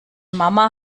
mama